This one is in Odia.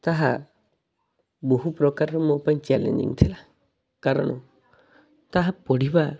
ତାହା ବହୁ ପ୍ରକାରର ମୋ ପାଇଁ ଚ୍ୟାଲେଜିଙ୍ଗ ଥିଲା କାରଣ ତାହା ପଢ଼ିବା